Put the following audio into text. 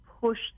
push